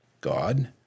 God